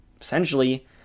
essentially